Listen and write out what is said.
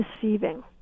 deceiving